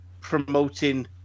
promoting